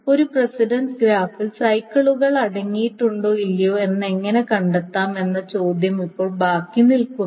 ഒരു പ്രസിഡൻസ് ഗ്രാഫിൽ സൈക്കിളുകൾ അടങ്ങിയിട്ടുണ്ടോ ഇല്ലയോ എന്ന് എങ്ങനെ കണ്ടെത്താം എന്ന ചോദ്യം ഇപ്പോൾ ബാക്കി നിൽക്കുന്നു